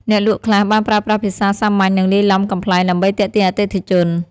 អ្នកលក់ខ្លះបានប្រើប្រាស់ភាសាសាមញ្ញនិងលាយឡំកំប្លែងដើម្បីទាក់ទាញអតិថិជន។